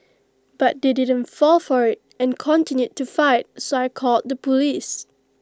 but they didn't fall for IT and continued to fight so I called the Police